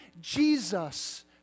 jesus